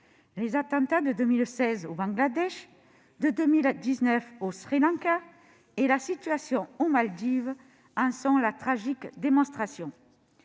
Les attentats de 2016 au Bangladesh et de 2019 au Sri Lanka ainsi que la situation aux Maldives en sont la tragique démonstration.